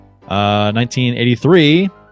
1983